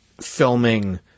filming